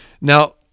Now